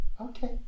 Okay